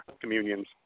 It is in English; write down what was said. communions